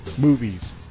Movies